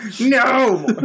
no